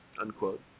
unquote